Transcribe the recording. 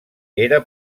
era